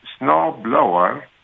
snowblower